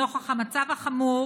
נוכח המצב החמור